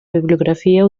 bibliografia